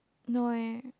no eh